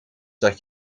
dat